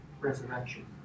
resurrection